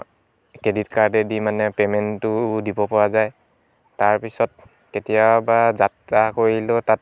credit কাৰ্ডেদি মানে পেমেন্টোও দিব পৰা যায় তাৰপিছত তেতিয়া বা যাত্ৰা কৰিলেও তাত